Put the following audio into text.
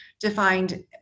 defined